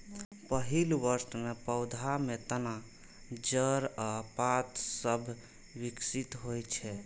पहिल वर्ष मे पौधा मे तना, जड़ आ पात सभ विकसित होइ छै